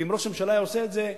ואם ראש הממשלה היה עושה את זה,